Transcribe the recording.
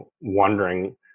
wondering